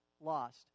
lost